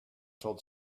told